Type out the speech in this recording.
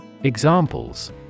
Examples